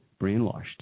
brainwashed